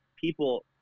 people